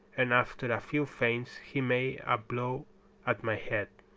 and after a few feints he made a blow at my head.